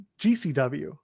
GCW